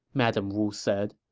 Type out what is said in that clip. madame wu said.